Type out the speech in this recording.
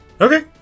Okay